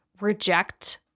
reject